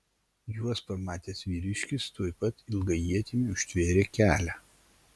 juos pamatęs vyriškis tuoj pat ilga ietimi užtvėrė kelią